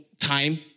time